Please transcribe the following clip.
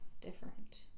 different